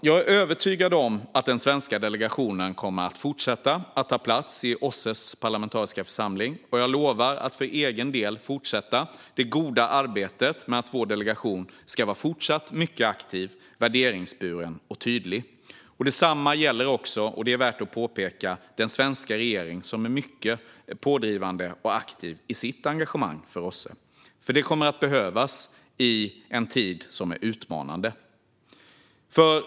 Jag är övertygad om att den svenska delegationen kommer att fortsätta att ta plats i OSSE:s parlamentariska församling, och jag lovar att för egen del fortsätta det goda arbetet med att vår delegation ska vara mycket aktiv, värderingsburen och tydlig. Detsamma gäller, vilket är värt att påpeka, den svenska regeringen, som är mycket pådrivande och aktiv i sitt engagemang för OSSE. Det kommer att behövas i en tid som är utmanande.